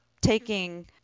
taking